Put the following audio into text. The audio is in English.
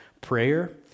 prayer